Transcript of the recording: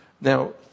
Now